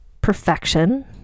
perfection